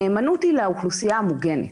הנאמנות היא לאוכלוסייה המוגנת.